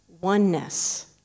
oneness